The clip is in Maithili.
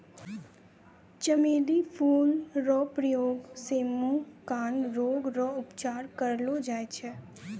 चमेली फूल रो प्रयोग से मुँह, कान रोग रो उपचार करलो जाय छै